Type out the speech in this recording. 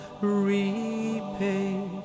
repay